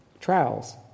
trials